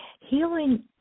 healing